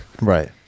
right